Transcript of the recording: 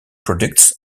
products